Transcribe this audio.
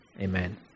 Amen